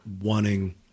wanting